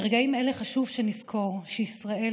ברגעים אלה חשוב שנזכור שישראל,